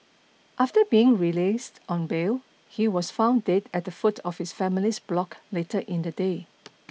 after being released on bail he was found dead at the foot of his family's block later in the day